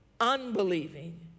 unbelieving